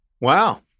Wow